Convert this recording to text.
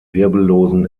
wirbellosen